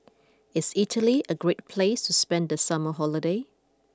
is Italy a great place to spend the summer holiday